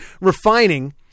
refining